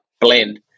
blend